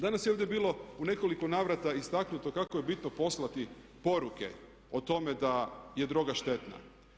Danas je ovdje bilo u nekoliko navrata istaknuto kako je bitno poslati poruke o tome da je droga štetna.